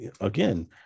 again